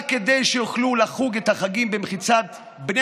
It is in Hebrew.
רק כדי שיוכלו לחוג את החגים במחיצת בני